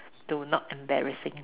to not embarrassing